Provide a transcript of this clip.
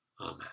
Amen